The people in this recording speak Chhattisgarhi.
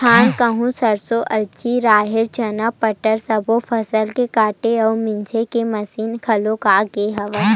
धान, गहूँ, सरसो, अलसी, राहर, चना, बटरा सब्बो फसल के काटे अउ मिजे के मसीन घलोक आ गे हवय